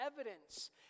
evidence